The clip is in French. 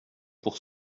pour